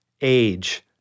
age